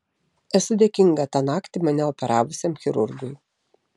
esu dėkinga tą naktį mane operavusiam chirurgui